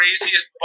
craziest